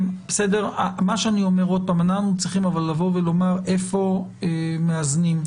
אני אומר שאנחנו צריכים לומר היכן מאזנים.